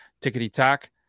Tickety-tock